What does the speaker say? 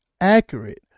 accurate